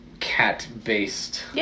cat-based